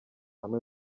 hamwe